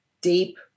deep